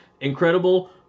incredible